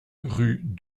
rue